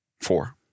four